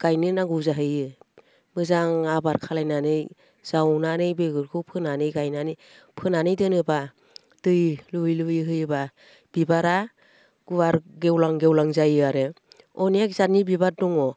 गायनो नांगौ जाहैयो मोजां आबार खालायनानै जावनानै बेगरखौ फोनानै गायनानै फोनानै दोनोब्ला दै लुयै लुयै होयोब्ला बिबारा गुवार गेवलां गेवलां जायो आरो अनेख जाथनि बिबार दङ